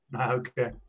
Okay